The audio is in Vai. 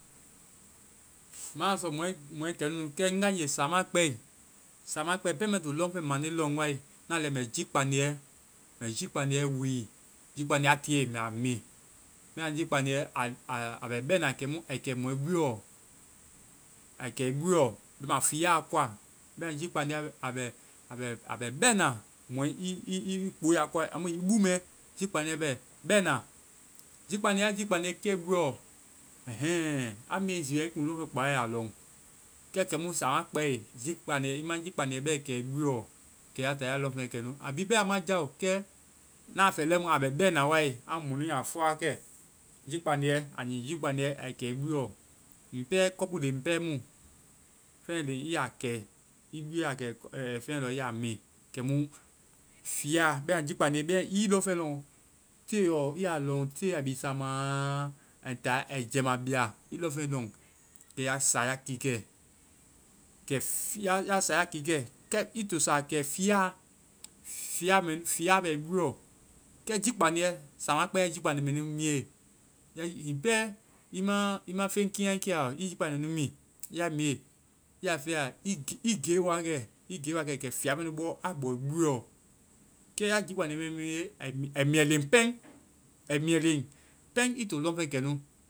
Maa fɔ mɔɛ-mɔɛkɛnunu, kɛ ngae nge samaa kpɛe, samaa kpɛe, pɛŋ mɛ to lɔŋfeŋ mande lɔŋ wae, naa lia mɛ jii kpandiɛ-mɛ jii kpandiɛ wii. Jii kpandiɛ a tiie mɛ a mi. Bɛma jii kpandiɛ a bɛ bɛna kɛmu ai kɛ mɔi buɛɔ. Ai kɛ i buɛɔ. bɛma fia la koa. Bɛma jii kpaniɛ a bɛ bɛna i kpoe a koa. Amu i bu mɛ, jii kpandiɛ bɛ bɛna. Jii kpandiɛ, ya jii kpaniɛ kɛe i buɔ, a mɛe zi it to lɔŋfeŋ kpao, i ya lɔŋ. Kɛ, kɛmu samaa kpɛe, i ma jii kpandiɛ kɛ i buɔ, kɛ ya taa ya lɔŋfeŋ kɛ nu. A bi pɛ a ma jao. Na fɛ lɛimu, a bɛ bɛna wae. Amu mɔnu ya fɔ wa kɛ. Jii kpandiɛ, a nyii jii kpandiɛ ai kɛ i buɛɔ. Hiŋi pɛ, cɔpu leŋ pɛ mu. Feŋ bi i ya kɛ, i ya kɛ feŋlɔ i ya mi. Kɛmu fia! Bɛma jii kpandiɛ pɛ, i lɔŋfeŋ lɔŋ telɔ, i ya lɔŋ-i ya bi samaa ai ta ai jɛima bia. I lɔŋfeŋ lɔŋ. Kɛ ya sa, ya kiikɛ. Kɛ-fii ya sa, ya kiikɛ. Kɛ i to saa kɛ fia a- fia-fia bɛ i buɔ. Kɛ jii kpandiɛ, samaa kpɛe ya jii kpandi mɛ nu miie, kɛ hiŋi pɛ i ma feŋkinyae kɛ a lɔ, i jii kpandi bi mii. Ya miie, i ya fɛya. I giio wa kɛ. Kɛ fia mɛ nu bɔ a bɔ i buɛɔ. Kɛ ya jii kpandi mɛ nu miie, ai miiɛ léŋ pɛ. Ai miiɛ léŋ pɛŋ i to lɔŋɛ kɛ nu.